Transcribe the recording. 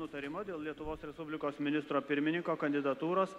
nutarimo dėl lietuvos respublikos ministro pirmininko kandidatūros